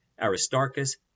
Aristarchus